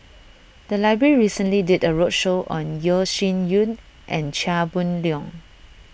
the library recently did a roadshow on Yeo Shih Yun and Chia Boon Leong